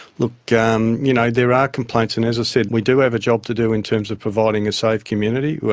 look, um you know there are complaints and, as i said, we do have a job to do in terms of providing a safe community.